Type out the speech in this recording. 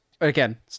again